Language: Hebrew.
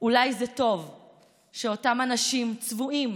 אולי זה טוב שאותם אנשים צבועים